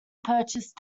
purchase